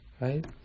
right